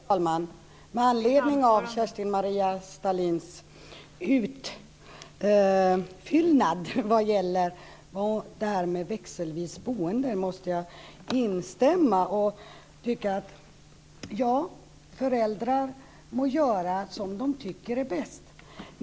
Fru talman! Med anledning av Kerstin-Maria Stalins utfyllnad vad gäller det här med växelvis boende måste jag instämma och tycka att föräldrar må göra som de tycker är bäst.